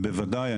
בוודאי.